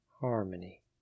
harmony